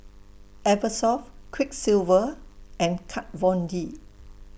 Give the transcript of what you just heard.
Eversoft Quiksilver and Kat Von D